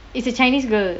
is a chinese girl